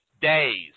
days